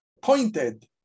Pointed